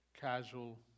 casual